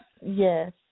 Yes